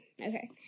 Okay